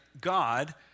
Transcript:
God